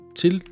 til